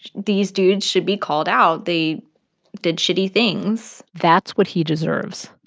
these dudes should be called out. they did shitty things that's what he deserves.